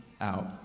out